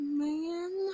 man